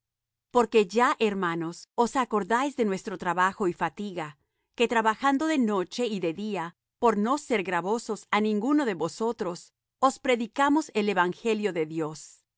porque ya hermanos os acordáis de nuestro trabajo y fatiga que trabajando de noche y de día por no ser gravosos á ninguno de vosotros os predicamos el evangelio de dios